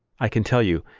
i can tell you,